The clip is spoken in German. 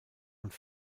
und